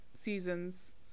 seasons